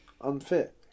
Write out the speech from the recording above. unfit